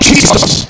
Jesus